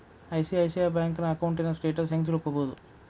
ICICI ಬ್ಯಂಕಿನ ಅಕೌಂಟಿನ್ status ಹೆಂಗ್ ತಿಳ್ಕೊಬೊದು?